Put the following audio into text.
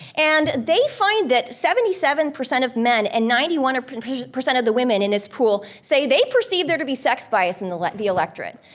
and they find that seventy seven percent of men and ninety one percent of the women in this pool say they perceive there to be sex bias in the like the electorate.